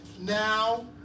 now